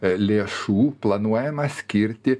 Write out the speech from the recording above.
lėšų planuojama skirti